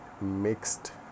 mixed